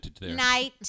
night